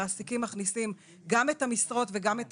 המעסיקים מכניסים גם את המשרות וגם את